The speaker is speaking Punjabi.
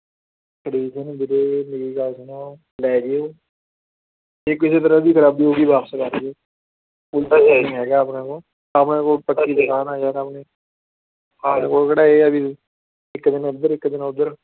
ਕੰਡੀਸ਼ਨ ਵੀਰੇ ਮੇਰੀ ਗੱਲ ਸੁਣੋ ਲੈ ਜਿਓ ਜੇ ਕਿਸੇ ਤਰ੍ਹਾਂ ਦੀ ਖਰਾਬੀ ਹੋ ਗਈ ਵਾਪਸ ਕਰ ਜਿਓ ਹੁਣ ਤਾਂ ਇਹ ਨਹੀਂ ਹੈਗਾ ਆਪਣੇ ਕੋਲ ਆਪਣੇ ਕੋਲ ਪੱਕੀ ਦੁਕਾਨ ਹੈ ਯਾਰ ਆਪਣੀ ਸਾਡੇ ਕੋਲ ਕਿਹੜਾ ਇਹ ਹੈ ਵੀ ਇੱਕ ਦਿਨ ਇੱਧਰ ਇਕ ਦਿਨ ਉੱਧਰ